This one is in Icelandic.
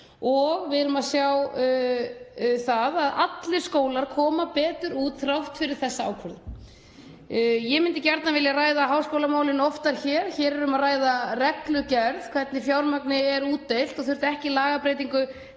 og við erum að sjá það að allir skólar koma betur út þrátt fyrir þessa ákvörðun. Ég myndi gjarnan vilja ræða háskólamálin oftar hér. Hér er um að ræða reglugerð, hvernig fjármagni er útdeilt og það þurfti ekki lagabreytingu